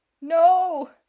No